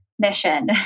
Mission